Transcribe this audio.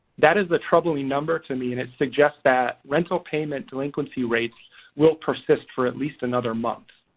that is a troubling number to me. and it suggests that rental payment delinquency rates will persist for at least another month.